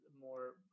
more